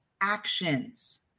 actions